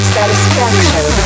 Satisfaction